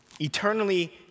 eternally